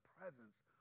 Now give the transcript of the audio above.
presence